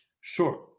Sure